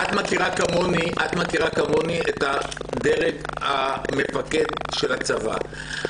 אורנה, את מכירה כמוני את הדרג המפקד של הצבא.